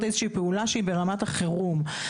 איזה שהיא פעולה שהיא ברמת החירום.